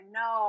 no